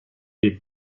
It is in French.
les